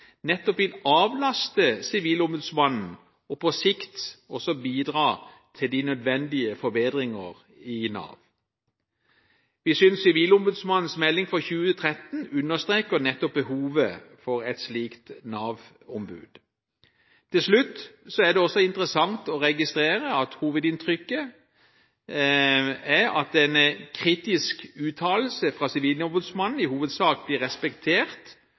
nettopp vil avlaste Sivilombudsmannen og på sikt også bidra til de nødvendige forbedringer i Nav. Vi synes Sivilombudsmannens melding for 2013 understreker nettopp behovet for et slikt Nav-ombud. Til slutt: Det er også interessant å registrere at hovedinntrykket er at en kritisk uttalelse fra Sivilombudsmannen i hovedsak blir respektert